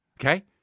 Okay